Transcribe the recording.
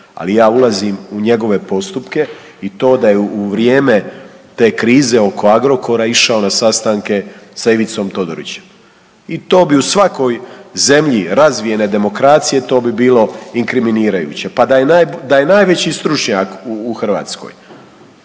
Ali ja ulazim u njegove postupke i to da je u vrijeme te krize oko Agrokora išao na sastanke sa Ivicom Todorićem i to bi u svakoj zemlji razvijene demokracije to bi bilo inkriminirajuće pa da je najveći stručnjak u Hrvatskoj.